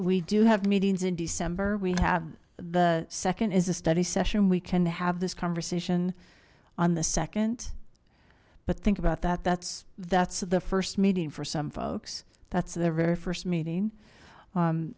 we do have meetings in december we have the second is a study session we can have this conversation on the second but think about that that's that's the first meeting for some folks that's their very first meeting